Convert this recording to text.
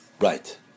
Right